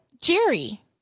jerry